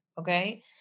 Okay